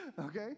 okay